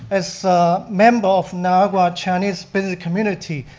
as a member of niagara chinese business community,